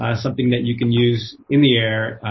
ah something that you can use in the air,